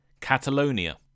Catalonia